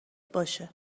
باشه